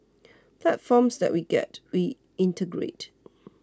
platforms that we get we integrate